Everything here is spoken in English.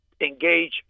engage